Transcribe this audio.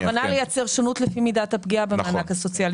הכוונה לייצר שונות לפי מידת הפגיעה במענק הסוציאלי.